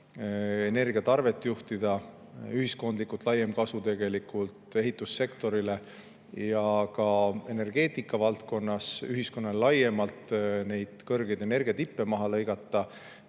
energiatarvet juhtida, ühiskondlikult laiem kasu ehitussektorile ja ka energeetikavaldkonnas ühiskonnale laiemalt, et neid kõrgeid energiatippe maha lõigata,